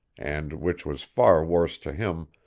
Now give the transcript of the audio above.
and, which was far worse to him,